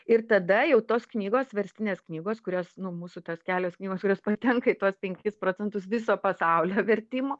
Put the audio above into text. ir tada jau tos knygos verstinės knygos kurios nu mūsų tos kelios knygos kurios patenka į tuos penkis procentus viso pasaulio vertimo